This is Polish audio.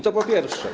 To po pierwsze.